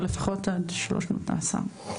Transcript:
הוא לפחות עד שלוש שנות מאסר.